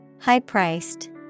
High-priced